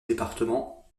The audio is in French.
département